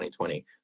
2020